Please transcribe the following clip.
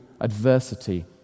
adversity